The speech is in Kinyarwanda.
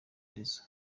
arizo